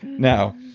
now,